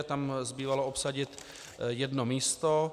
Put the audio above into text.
Tam zbývalo obsadit jedno místo.